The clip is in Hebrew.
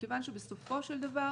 מכיוון שבסופו של דבר